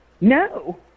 No